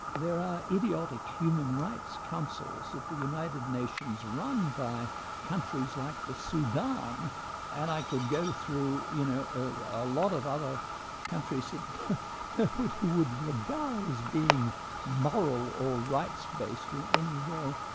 there are idiotic human rights councils at the united nations, run by countries like the sudan and i could go through you know a lot of other countries that you would regard as being moral or rights-based in any way,